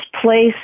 place